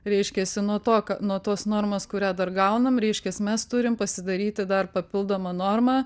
reiškiasi nuo to ką nuo tos normos kurią dar gaunam reiškias mes turim pasidaryti dar papildomą normą